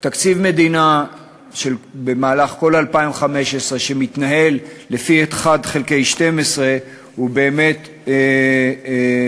תקציב מדינה במהלך כל 2015 שמתנהל לפי 1 חלקי 12 הוא באמת תקציב,